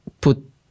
put